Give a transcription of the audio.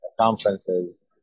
conferences